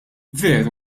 veru